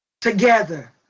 Together